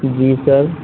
جی سر